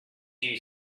you